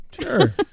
Sure